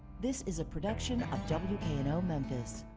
this is a production of wkno-memphis.